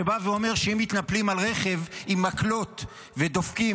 שאומרת שאם מתנפלים על רכב עם מקלות ודופקים